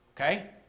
okay